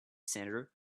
center